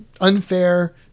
Unfair